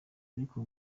ariko